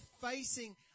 facing